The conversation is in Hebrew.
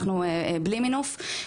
אנחנו בלי מינוף,